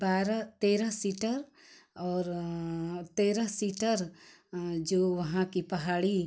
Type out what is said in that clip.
बारह तेरह सीटर और तेरह सीटर जो वहाँ कि पहाड़ी